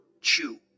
chew